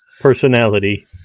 Personality